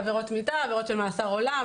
עבירות של מאסר עולם,